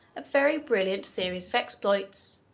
a very brilliant series of exploits,